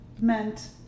meant